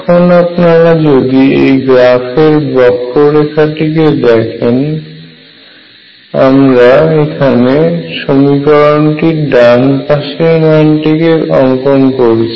এখন আপনারা যদি এখানে অঙ্কিত এই বক্ররেখাটিকে লক্ষ্য করেন এর মাধ্যমে আমরা সমীকরণটির ডান পাশের মানটিকে প্রকাশিত করছি